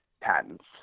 patents